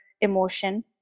emotion